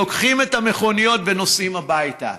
לוקחים את המכוניות ונוסעים הביתה.